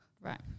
Right